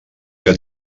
que